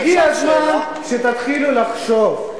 הגיע הזמן שתתחילו לחשוב,